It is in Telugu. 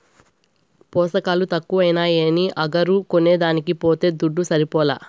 పోసకాలు తక్కువైనాయని అగరు కొనేదానికి పోతే దుడ్డు సరిపోలా